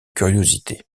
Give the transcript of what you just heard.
curiosité